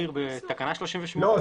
לא.